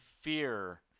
fear